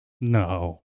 No